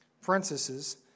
princesses